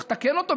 צריך לתקן אותו.